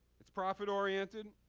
it's profit-oriented.